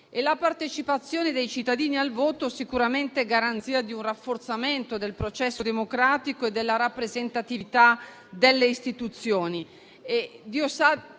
La partecipazione dei cittadini al voto è sicuramente garanzia di un rafforzamento del processo democratico e della rappresentatività delle istituzioni